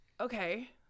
okay